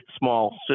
small